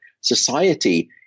Society